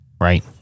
Right